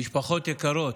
משפחות יקרות.